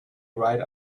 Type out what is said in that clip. ride